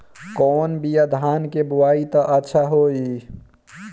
कौन बिया धान के बोआई त अच्छा होई?